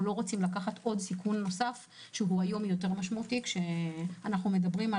לא רוצים לקחת סיכון נוסף שהוא היום משמעותי יותר כשאנחנו מדברים על